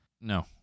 no